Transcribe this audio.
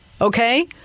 okay